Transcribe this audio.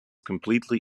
completely